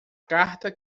carta